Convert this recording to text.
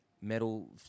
Metal